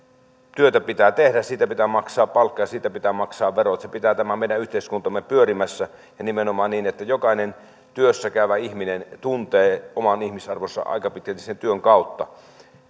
työtä pitää tehdä siitä pitää maksaa palkka ja siitä pitää maksaa verot se pitää tämän meidän yhteiskuntamme pyörimässä ja nimenomaan niin että jokainen työssä käyvä ihminen tuntee oman ihmisarvonsa aika pitkälti sen työn kautta